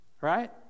right